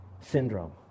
syndrome